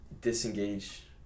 disengage